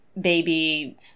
baby